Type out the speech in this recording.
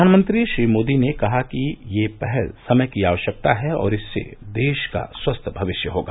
प्रधानमंत्री श्री मोदी ने कहा कि ये पहल समय की आवश्यकता है और इससे देश का स्वस्थ भविष्य होगा